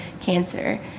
cancer